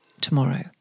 tomorrow